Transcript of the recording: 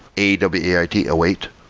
a w a i t, await,